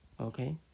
Okay